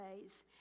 ways